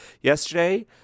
Yesterday